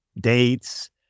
dates